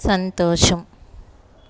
సంతోషం